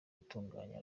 gutunganya